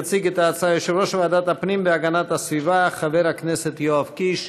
יציג את ההצעה יושב-ראש ועדת הפנים והגנת הסביבה חבר הכנסת יואב קיש.